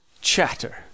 Chatter